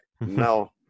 no